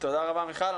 תודה רבה מיכל.